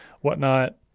whatnot